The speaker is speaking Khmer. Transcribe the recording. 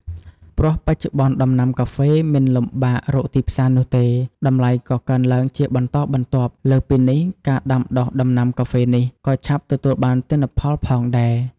ព្រោះបច្ចុប្បន្នដំណាំកាហ្វេមិនលំបាករកទីផ្សារនោះទេ តម្លៃក៏កើនឡើងជាបន្តបន្ទាប់ លើសពីនេះការដាំដុះដំណាំកាហ្វេនេះ ក៏ឆាប់ទទួលបានទិន្នផលផងដែរ។